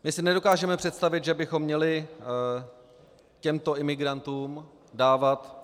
My si nedokážeme představit, že bychom měli těmto imigrantům dávat azyl.